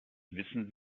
wissen